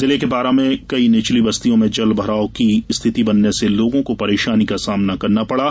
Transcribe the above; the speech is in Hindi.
जिले के पारा में कई निचली बस्तियों में जलभराव की स्थिति बनने से लोगों को परेशानी का सामना करना पडा